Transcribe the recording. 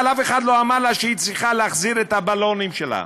אבל אף אחד לא אמר לה שהיא צריכה להחזיר את הבלונים שלה,